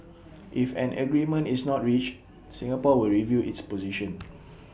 if an agreement is not reached Singapore will review its position